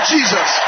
Jesus